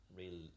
real